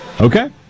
Okay